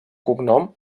cognom